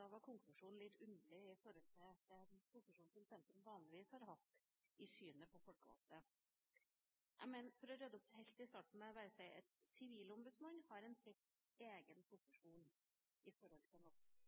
Da var konklusjonen litt underlig med tanke på den posisjonen som sentrum vanligvis har hatt i synet på folkevalgte. For å rydde opp helt i starten må jeg bare si: Da sivilombudsmannen har en helt egen posisjon i